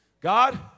God